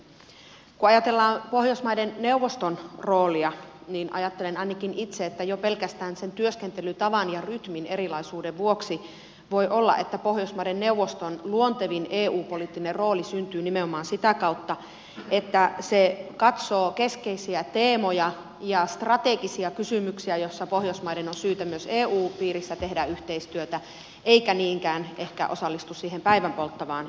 kun ajatellaan pohjoismaiden neuvoston roolia niin ajattelen ainakin itse että jo pelkästään sen työskentelytavan ja rytmin erilaisuuden vuoksi voi olla niin että pohjoismaiden neuvoston luontevin eu poliittinen rooli syntyy nimenomaan sitä kautta että se katsoo keskeisiä teemoja ja strategisia kysymyksiä joissa pohjoismaiden on syytä myös eu piirissä tehdä yhteistyötä eikä se ehkä niinkään osallistu siihen päivänpolttavaan juoksuun